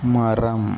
மரம்